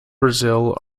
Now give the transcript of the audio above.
brazil